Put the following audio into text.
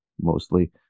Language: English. mostly